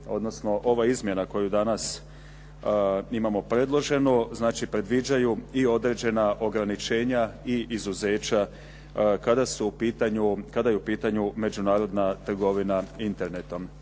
odnosno ova izmjena koju danas imamo predloženu znači predviđaju i određena ograničenja i izuzeća kada je u pitanju međunarodna trgovina Internetom.